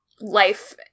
life